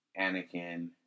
Anakin